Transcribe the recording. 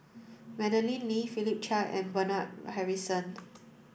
Madeleine Lee Philip Chia and Bernard Harrison